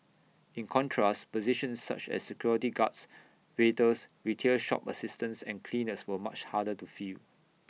in contrast positions such as security guards waiters retail shop assistants and cleaners were much harder to fill